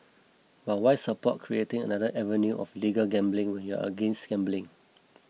but why support creating another avenue of legal gambling when you're against gambling